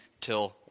till